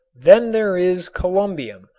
then there is columbium,